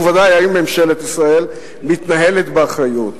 וודאי האם ממשלת ישראל מתנהלת באחריות.